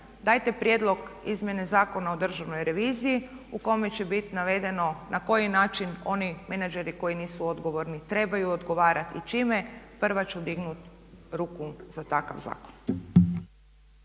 dajte prijedlog izmjene Zakona o Državnoj reviziji u kojem će biti navedeno na koji način oni menadžeri koji nisu odgovorni trebaju odgovarati i čime. Prva ću dignuti ruku za takav zakon.